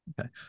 Okay